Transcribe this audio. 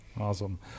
Awesome